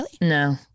No